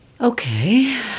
Okay